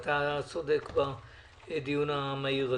אתה צודק בדיון המהיר הזה.